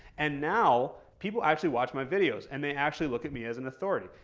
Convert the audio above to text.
and now, people actually watch my videos and they actually look at me as an authority.